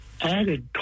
Added